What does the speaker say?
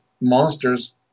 monsters